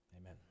amen